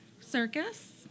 circus